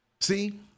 See